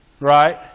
Right